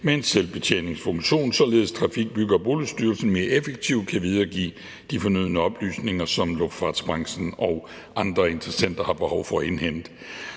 en selvbetjeningsfunktion, således at Trafik-, Bygge- og Boligstyrelsen mere effektivt kan videregive de fornødne oplysninger, som luftfartsbranchen og andre interessenter har behov for at indhente.